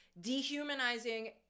dehumanizing